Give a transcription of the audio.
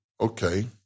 Okay